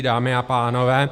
Dámy a pánové.